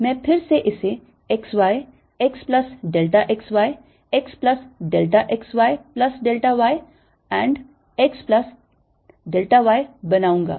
मैं फिर से इसे x y x plus delta x y x plus delta x y plus delta y and x y plus delta y बनाऊंगा